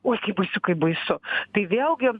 oi kaip baisu kaip baisu tai vėlgi